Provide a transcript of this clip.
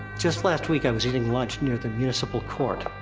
just last week, i was eating lunch near the municipal court.